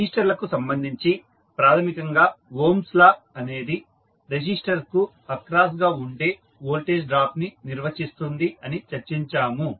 resistor లకు సంబంధించి ప్రాథమికంగా ఓమ్స్ లా ohm's law అనేది రెసిస్టర్ కు అక్రాస్ గా ఉండే వోల్టేజ్ డ్రాప్ ని నిర్వచిస్తుంది అని చర్చించాము